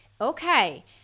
Okay